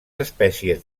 espècies